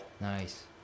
Nice